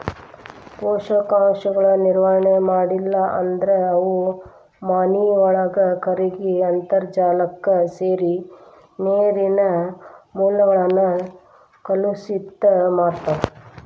ಪೋಷಕಾಂಶಗಳ ನಿರ್ವಹಣೆ ಮಾಡ್ಲಿಲ್ಲ ಅಂದ್ರ ಅವು ಮಾನಿನೊಳಗ ಕರಗಿ ಅಂತರ್ಜಾಲಕ್ಕ ಸೇರಿ ನೇರಿನ ಮೂಲಗಳನ್ನ ಕಲುಷಿತ ಮಾಡ್ತಾವ